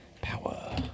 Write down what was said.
Power